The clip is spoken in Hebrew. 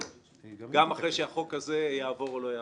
נישאר גם אחרי שהחוק הזה יעבור או לא יעבור.